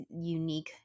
unique